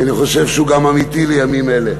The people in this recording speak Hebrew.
כי אני חושב שהוא גם אמיתי לימים אלה.